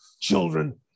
children